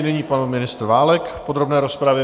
Nyní pan ministr Válek v podrobné rozpravě.